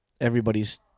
everybody's